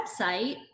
website